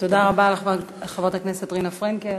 תודה רבה לחברת הכנסת רינה פרנקל.